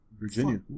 Virginia